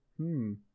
-hmm